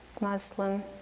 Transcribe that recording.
Muslim